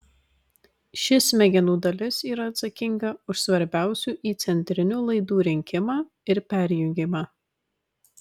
ši smegenų dalis yra atsakinga už svarbiausių įcentrinių laidų rinkimą ir perjungimą